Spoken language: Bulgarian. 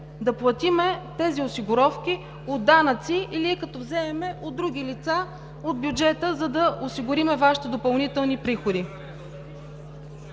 да платим тези осигуровки от данъци, или като вземем от други лица от бюджета, за да осигурим Вашите допълнителни приходи.